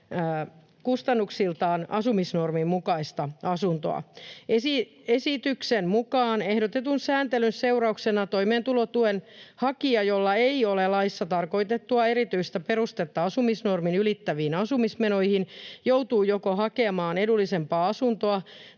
kustannuksiltaan asumisnormin mukaista asuntoa. Esityksen mukaan ehdotetun sääntelyn seurauksena toimeentulotuen hakija, jolla ei ole laissa tarkoitettua erityistä perustetta asumisnormin ylittäviin asumismenoihin, joutuu joko hakemaan edullisempaa asuntoa